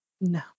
No